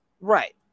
Right